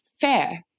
fair